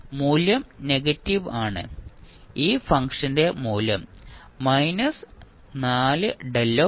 മൂല്യം നെഗറ്റീവ് ആണ് ഈ ഫംഗ്ഷന്റെ മൂല്യം 4 ആണ്